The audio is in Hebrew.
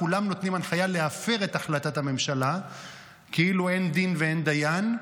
כולם נותנים החלטה להפר את החלטת הממשלה כאילו אין דין ואין דיין,